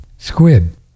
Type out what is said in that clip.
Squid